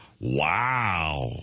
wow